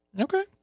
Okay